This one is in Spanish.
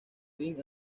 ring